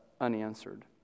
unanswered